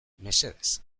mesedez